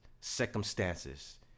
circumstances